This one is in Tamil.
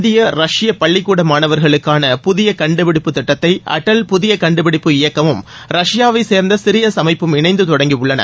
இந்திய ரஷ்ய பள்ளிக்கூட மாணவர்களுக்கான புதிய கண்டுபிடிப்பு திட்டத்தை அடல் புதிய கண்டுபிப்பு இயக்கமும் ரஷ்யாவைச் சேர்ந்த சிரியஸ் அமைப்பும் இணைந்து தொடங்கியுள்ளன